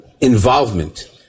involvement